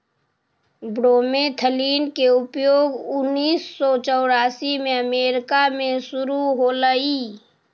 bromethalin के उपयोग उन्नीस सौ चौरासी में अमेरिका में शुरु होलई